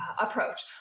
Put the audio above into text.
approach